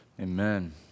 Amen